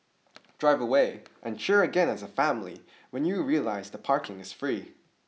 drive away and cheer again as a family when you realise that parking is free